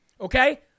Okay